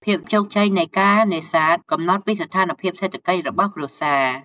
ភាពជោគជ័យនៃការនេសាទកំណត់ពីស្ថានភាពសេដ្ឋកិច្ចរបស់គ្រួសារ។